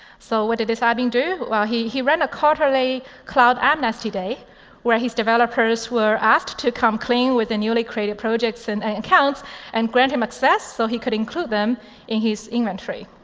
so what did this admin do? well, he he ran a quarterly cloud amnesty day where his developers were asked to come clean with the newly created projects and accounts and grant him access so he could include them in his inventory.